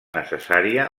necessària